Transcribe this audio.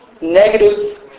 negative